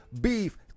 beef